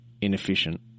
inefficient